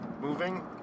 moving